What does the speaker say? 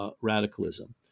radicalism